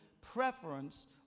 preference